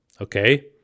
okay